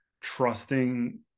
trusting